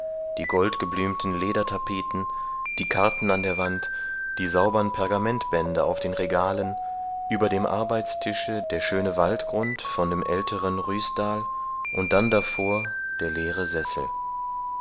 die goldgeblümten ledertapeten die karten an der wand die saubern pergamentbände auf den regalen über dem arbeitstische der schöne waldgrund von dem älteren ruisdael und dann davor der leere sessel